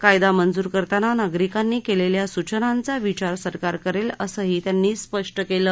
कायदा मंजूर करताना नागरिकांनी केलेल्या सूचनांचा विचार सरकार करेल असंही त्यांनी स्पष्ट केलं